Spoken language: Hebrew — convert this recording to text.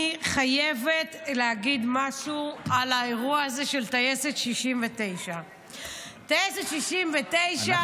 אני חייבת להגיד משהו על האירוע הזה של טייסת 69. טייסת 69,